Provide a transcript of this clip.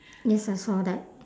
yes I saw that